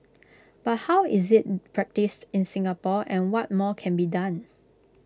but how is IT practised in Singapore and what more can be done